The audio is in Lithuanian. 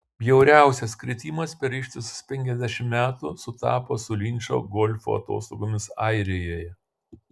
bjauriausias kritimas per ištisus penkiasdešimt metų sutapo su linčo golfo atostogomis airijoje